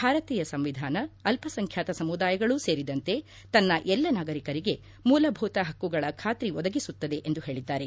ಭಾರತೀಯ ಸಂವಿಧಾನ ಅಲ್ಪಸಂಖ್ಯಾತ ಸಮುದಾಯಗಳೂ ಸೇರಿದಂತೆ ತನ್ನ ಎಲ್ಲ ನಾಗರಿಕರಿಗೆ ಮೂಲಭೂತ ಹಕ್ಕುಗಳ ಖಾತ್ರಿ ಒದಗಿಸುತ್ತದೆ ಎಂದು ಹೇಳಿದ್ದಾರೆ